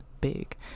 big